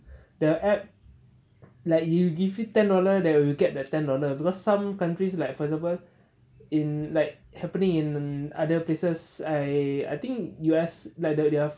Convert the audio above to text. the app like you give you ten dollar that will get the ten dollar because some countries like for example in like happening in other places I think U_S like the their